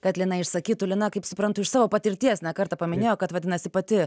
kad lina išsakytų lina kaip suprantu iš savo patirties ne kartą paminėjo kad vadinasi pati